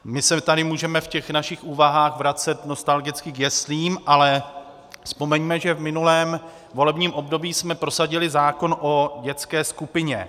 My se tady můžeme v našich úvahách vracet nostalgicky k jeslím, ale vzpomeňme, že v minulém volebním období jsme prosadili zákon o dětské skupině.